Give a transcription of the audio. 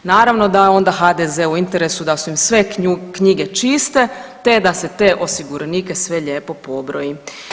Naravno da je onda HDZ-u u interesu da su im sve knjige čiste te da se te osiguranike sve lijepo pobroji.